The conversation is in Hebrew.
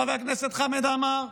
חבר הכנסת חמד עמאר,